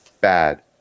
bad